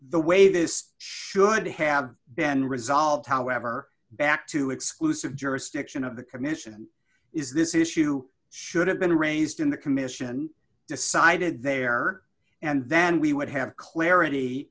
the way this should have been resolved however back to exclusive jurisdiction of the commission is this issue should have been raised in the commission decided there and then we would have clarity